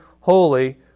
holy